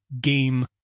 game